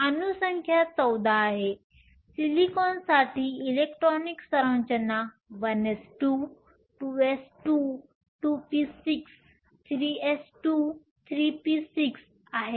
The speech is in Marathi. अणू संख्या 14 आहे सिलिकॉनसाठी इलेक्ट्रॉनिक सरंचना 1s2 2s2 2p6 3s2 3p6 आहे